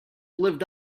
lived